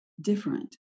different